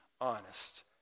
honest